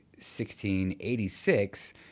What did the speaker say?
1686